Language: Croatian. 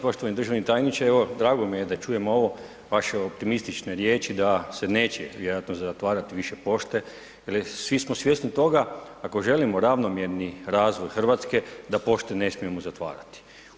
Poštovani državni tajniče, evo drago mi je da čujem ovo, vaše optimistične riječi da se neće vjerojatno zatvarati više pošte jel svi smo svjesni toga ako želimo ravnomjerni razvoj RH da pošte ne smijemo zatvarati.